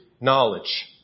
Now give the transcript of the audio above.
knowledge